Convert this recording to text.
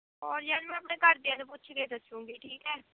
ਹੋਰ ਯਾਰ ਮੈਂ ਆਪਣੇ ਘਰਦਿਆਂ ਨੂੰ ਪੁੱਛ ਕੇ ਦੱਸੂਂਗੀ ਠੀਕ ਹੈ